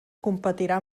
competirà